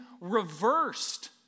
reversed